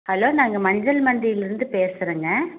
hello நாங்கள் மஞ்சள் மண்டியிலிருந்து பேசுகிறேங்க